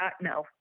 No